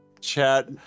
Chat